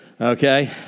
Okay